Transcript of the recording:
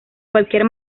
cualquier